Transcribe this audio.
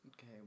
Okay